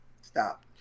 Stop